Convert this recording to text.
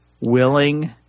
willing